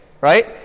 right